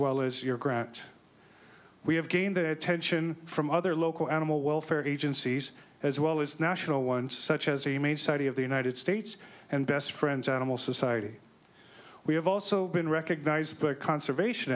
well as your grant we have gained the attention from other local animal welfare agencies as well as national one such as a humane society of the united states and best friends animal society we have also been recognized but conservation